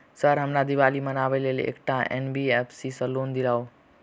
Sir हमरा दिवाली मनावे लेल एकटा एन.बी.एफ.सी सऽ लोन दिअउ?